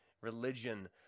religion